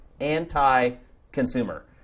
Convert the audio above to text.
anti-consumer